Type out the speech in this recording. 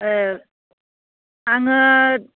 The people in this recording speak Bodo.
ओह आङो